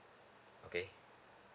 okay